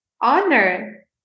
honor